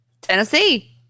Tennessee